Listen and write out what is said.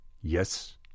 yes